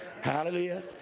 Hallelujah